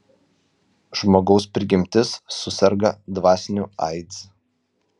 žmogaus prigimtis suserga dvasiniu aids